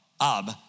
Ab